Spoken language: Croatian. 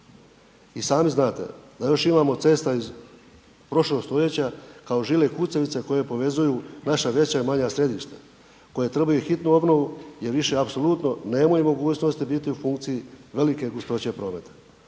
I sami znate da još imamo cesta iz prošlog stoljeća kao žile kucavice koje povezuju naša veća i manja središta, koje trebaju hitnu obnovu jer više apsolutno nemaju mogućnosti biti u funkciji velike gustoće prometa.